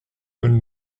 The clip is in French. bonne